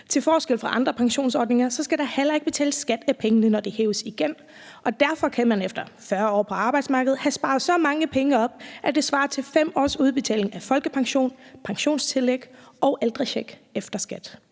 Til forskel fra andre pensionsordninger skal der heller ikke betales skat af pengene, når de hæves igen, og derfor kan man efter 40 år på arbejdsmarkedet have sparet så mange penge op, at det svarer til 5 års udbetaling af folkepension, pensionstillæg og ældrecheck efter skat.